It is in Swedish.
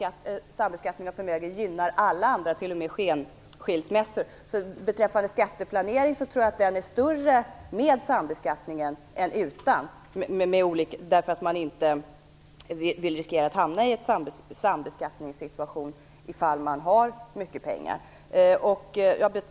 Men sambeskattningen av förmögenheter gynnar alla andra samlevnadsformer, t.o.m. skenskilsmässor. Jag tror att skatteplaneringen är större med sambeskattningen än utan i och med att man inte vill riskera att hamna i en sambeskattningssituation ifall man har mycket pengar.